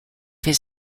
his